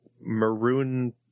maroon